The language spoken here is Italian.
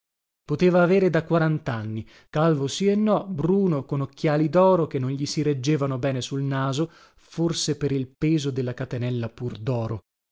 poteva avere da quarantanni calvo sì e no bruno con occhiali doro che non gli si reggevano bene sul naso forse per il peso de la catenella pur